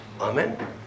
Amen